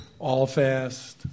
Allfast